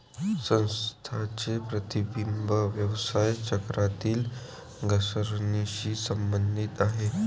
संस्थांचे प्रतिबिंब व्यवसाय चक्रातील घसरणीशी संबंधित आहे